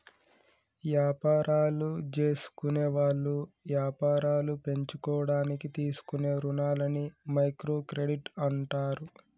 యాపారాలు జేసుకునేవాళ్ళు యాపారాలు పెంచుకోడానికి తీసుకునే రుణాలని మైక్రో క్రెడిట్ అంటారు